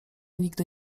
nigdy